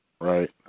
Right